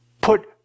Put